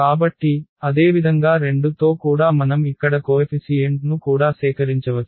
కాబట్టి అదేవిధంగా 2 తో కూడా మనం ఇక్కడ కోఎఫిసీయెంట్ ను కూడా సేకరించవచ్చు